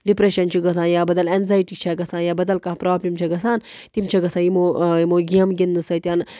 depression چھُ گژھان یا بَدل اینٛزایٹی چھےٚ گژھان یا بدل کانٛہہ پرٛابلِم چھےٚ گَژھان تِم چھےٚ گَژھان یِمو یِمو گیمہٕ گِنٛدنہٕ سۭتٮ۪ن